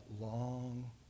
long